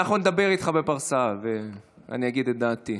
אנחנו נדבר איתך בפרסה ואני אגיד את דעתי.